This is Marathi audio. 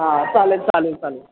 हां चालेल चालेल चालेल